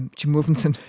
and jim wolfensohn,